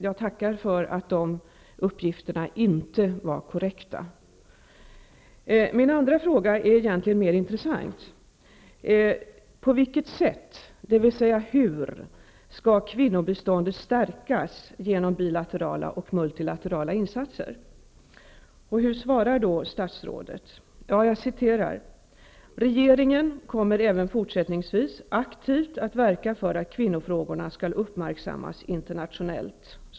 Jag tackar för att de uppgifterna inte var korrekta. Min andra fråga är egentligen mer intressant. På vilket sätt, dvs. hur, skall kvinnobiståndet stärkas genom bilaterala och multilaterala insatser? Här svarar statsrådet: Regeringen kommer även fortsättningsvis aktivt att verka för att kvinnofrågorna skall uppmärksammas internationellt.